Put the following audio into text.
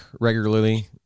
regularly